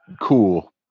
cool